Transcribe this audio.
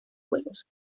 juegos